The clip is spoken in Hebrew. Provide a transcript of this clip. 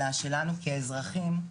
אלא שלנו כאזרחים,